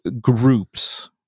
groups